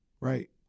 right